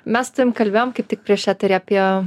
mes su tavim kalbėjom kaip tik prieš eterį apie